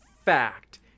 Fact